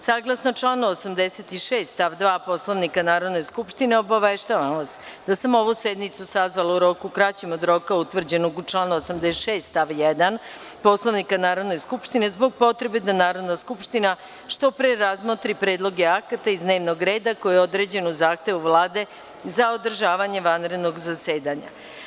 Saglasno članu 86. stav 2. Poslovnika Narodne skupštine, obaveštavam vas da sam ovu sednicu sazvala u roku kraćem od roka utvrđenog u članu 86. stav 1. Poslovnika Narodne skupštine, zbog potrebe da Narodna skupština što pre razmotri predloge akata iz dnevnog reda, koji je određen u zahtevu Vlade za održavanje vanrednog zasedanja.